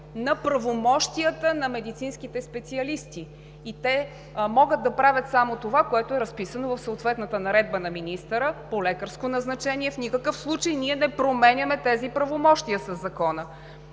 на правомощията на медицинските специалисти. Те могат да правят само това, което е разписано в съответната наредба на министъра, по лекарско назначение. В никакъв случай ние не променяме тези правомощия със Закона.